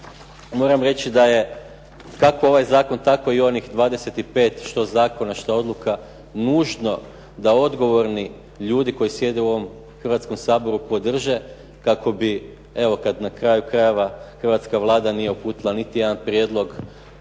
moram reći da je, kako ovaj zakon, tako i onih 25 što zakona, što odluka nužno da odgovorni ljudi koji sjede u ovom Hrvatskom saboru podrže kako bi, evo kad na kraju krajeva Hrvatska Vlada nije uputila niti jedan prijedlog